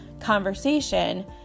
conversation